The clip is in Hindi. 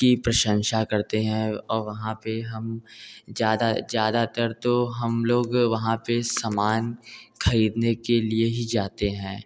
की प्रशंसा करते हैं और वहाँ पर हम ज़्यादा ज़्यादातर तो हम लोग वहाँ पर समान ख़रीदने के लिए ही जाते हैं